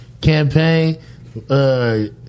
campaign